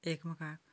एकमेकाक